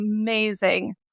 amazing